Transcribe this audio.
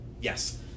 Yes